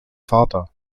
vater